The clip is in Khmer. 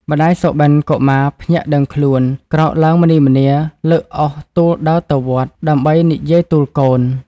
ម្តាយសុបិនកុមារភ្ញាក់ដឹងខ្លួន ក្រោកឡើងម្នីម្នាលើកអុសទូលដើរទៅវត្ត ដើម្បីនិយាយទូលកូន ។